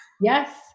Yes